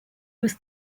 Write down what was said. was